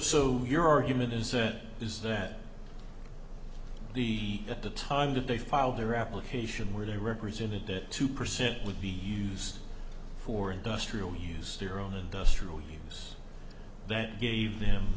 so your argument is that is that he at the time today filed their application where they represented that two percent would be used for industrial use their own industrial use that gave them